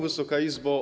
Wysoka Izbo!